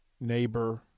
neighbor